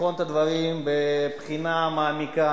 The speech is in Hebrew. לבחון את הדברים בחינה מעמיקה,